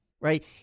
Right